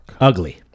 Ugly